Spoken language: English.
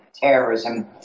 terrorism